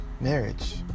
marriage